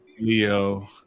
Leo